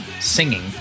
singing